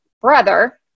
brother